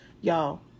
Y'all